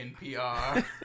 NPR